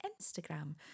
Instagram